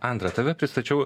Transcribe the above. andra tave pristačiau